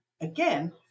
again